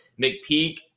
McPeak